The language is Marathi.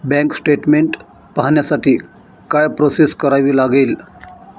बँक स्टेटमेन्ट पाहण्यासाठी काय प्रोसेस करावी लागेल?